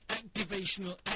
activational